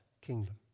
kingdom